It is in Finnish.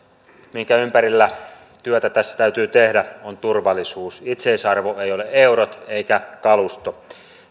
minkä ympärillä työtä tässä täytyy tehdä on turvallisuus itseisarvo ei ole eurot eikä kalusto